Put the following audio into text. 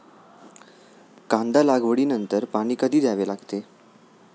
कांदा लागवडी नंतर पाणी कधी द्यावे लागते?